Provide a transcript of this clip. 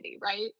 right